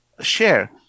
share